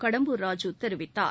கடம்பூர் ராஜூ தெரிவித்தார்